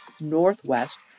northwest